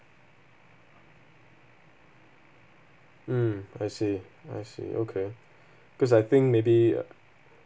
mm I see I see okay because I think maybe